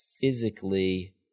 physically